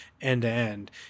end-to-end